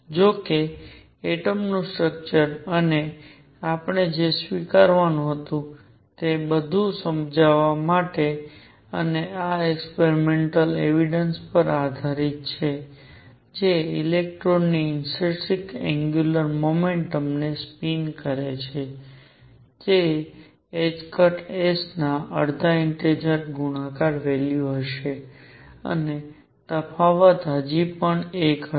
જો કે એટમનું સ્ટ્રકચર અને આપણે જે સ્વીકારવાનું હતું તે બધું સમજાવવા માટે અને આ એક્સપેરિમેન્ટલ એવિડન્સ પર આધારિત છે જે ઇલેક્ટ્રોન ની ઇન્ટરીન્સીક એંગ્યુલર મોમેન્ટમ ને સ્પિન કરે છે તે s ના અડધા ઇન્ટેજર ગુણાકારની વેલ્યુ હશે અને તફાવત હજી પણ 1 હશે